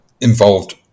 involved